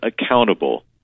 accountable